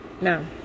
No